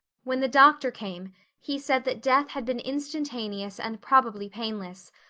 when the doctor came he said that death had been instantaneous and probably painless,